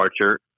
departure